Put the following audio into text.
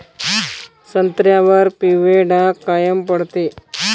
संत्र्यावर पिवळे डाग कायनं पडते?